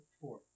four